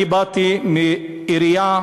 אני באתי מעירייה,